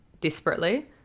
desperately